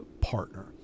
partner